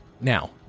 Now